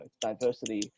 diversity